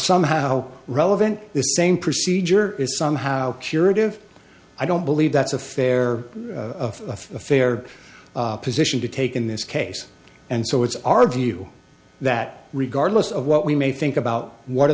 somehow relevant this same procedure is somehow curative i don't believe that's a fair of a fair position to take in this case and so it's our view that regardless of what we may think about what are